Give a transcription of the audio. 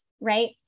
right